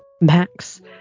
Max